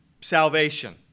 Salvation